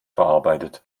verarbeitet